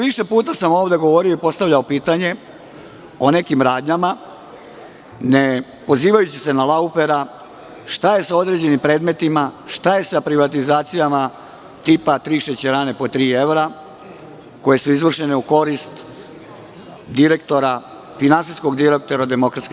Više puta sam ovde govorio i postavljao pitanje o nekim radnjama, ne pozivajući se na „Laufera“, šta je sa određenim predmetima, šta je sa privatizacijama tipa tri šećerane po tri evra koje su izvršene u korist finansijskog direktora DS.